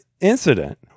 incident